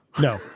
no